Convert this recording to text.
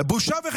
בושה?